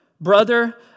brother